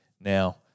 now